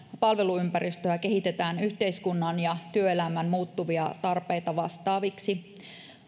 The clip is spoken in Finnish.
palveluympäristöä kehitetään yhteiskunnan ja työelämän muuttuvia tarpeita vastaaviksi